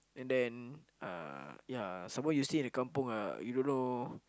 and then uh ya some more you stay in the kampung ah you don't know